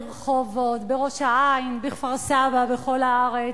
ברחובות, בראש-העין, בכפר-סבא, בכל הארץ,